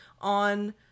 on